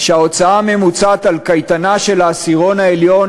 שההוצאה הממוצעת על קייטנה של העשירון העליון